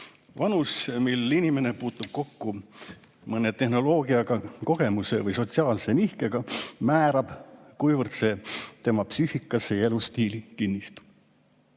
Vanus, mil inimene puutub kokku mõne tehnoloogiaga, kogemuse või sotsiaalse nihkega, määrab, kuivõrd see tema psüühikasse ja elustiili kinnistub."Ja